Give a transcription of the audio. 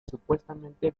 supuestamente